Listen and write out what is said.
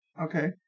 Okay